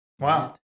Wow